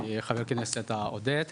חבר הכנסת עודד פורר,